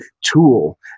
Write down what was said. tool